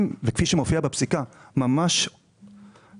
כפי שמופיע בפסיקה, אנשים מתכננים